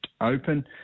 open